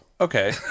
Okay